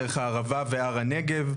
דרך הערבה והר הנגב,